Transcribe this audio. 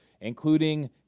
including